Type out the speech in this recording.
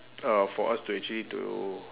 uh for us to actually to